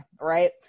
right